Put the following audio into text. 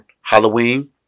Halloween